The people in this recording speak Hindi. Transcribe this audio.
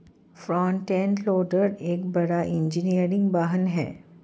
फ्रंट एंड लोडर एक बड़ा इंजीनियरिंग वाहन है